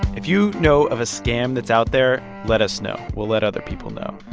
if you know of a scam that's out there, let us know. we'll let other people know,